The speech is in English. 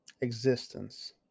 existence